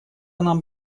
нам